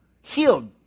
healed